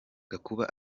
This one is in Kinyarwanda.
gakuba